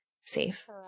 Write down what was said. safe